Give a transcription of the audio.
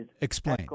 Explain